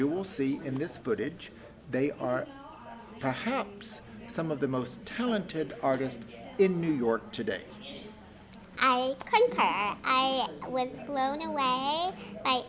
will see in this footage they are perhaps some of the most talented artist in new york today o